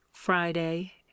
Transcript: FRIDAY